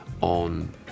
on